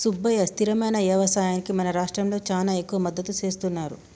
సుబ్బయ్య స్థిరమైన యవసాయానికి మన రాష్ట్రంలో చానా ఎక్కువ మద్దతు సేస్తున్నారు